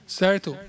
certo